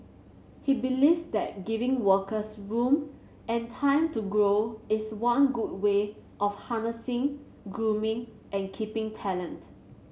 he believes that giving workers room and time to grow is one good way of harnessing grooming and keeping talent